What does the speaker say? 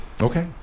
okay